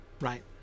right